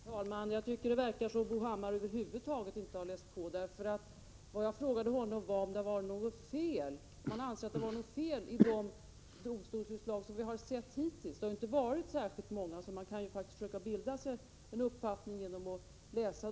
Herr talman! Jag tycker att det verkar som om Bo Hammar över huvud taget inte har läst på. Jag frågade honom om han anser att det varit något fel i de domstolsutslag som vi har sett hittills. De har inte varit särskilt många, och man kan därför faktiskt försöka bilda sig en uppfattning genom att läsa dem.